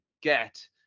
get